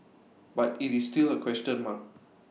but IT is still A question mark